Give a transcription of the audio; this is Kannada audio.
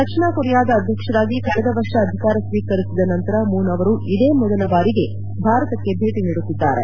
ದಕ್ಷಿಣ ಕೊರಿಯಾದ ಅಧ್ಯಕ್ಷರಾಗಿ ಕಳೆದ ವರ್ಷ ಅಧಿಕಾರ ಸ್ತೀಕರಿಸಿದ ನಂತರ ಮೂನ್ ಅವರು ಇದೇ ಮೊದಲ ಬಾರಿಗೆ ಭಾರತಕ್ಕೆ ಭೇಟಿ ನೀಡುತ್ತಿದ್ದಾರೆ